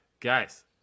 Guys